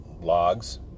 logs